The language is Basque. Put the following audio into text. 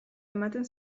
ematen